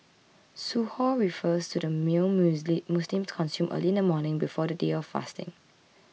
Suhoor refers to the meal Musli Muslims consume early in the morning before the day of fasting